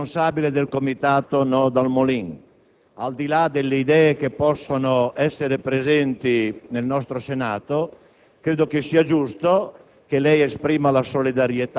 proiettile a Cinzia Bottene, la responsabile del comitato «No Dal Molin». Al di là delle idee che possono essere presenti nel Senato,